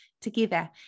together